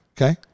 Okay